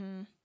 -hmm